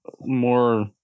more